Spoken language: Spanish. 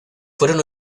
fueron